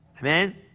Amen